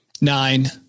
Nine